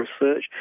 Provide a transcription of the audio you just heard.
research